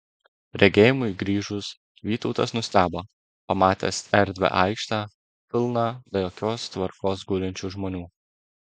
regėjimui grįžus vytautas nustebo pamatęs erdvią aikštę pilną be jokios tvarkos gulinčių žmonių